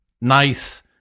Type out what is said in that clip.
Nice